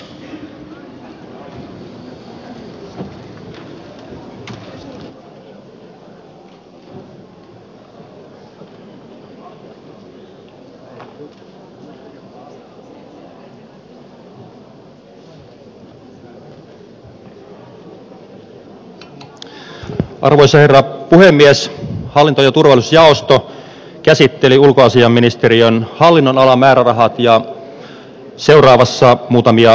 hallinto ja turvallisuusjaosto käsitteli ulkoasiainministeriön hallinnonalan määrärahat ja seuraavassa muutamia havaintoja